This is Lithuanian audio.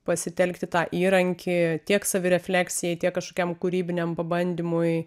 pasitelkti tą įrankį tiek savirefleksijai tiek kažkokiam kūrybiniam pabandymui